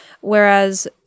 whereas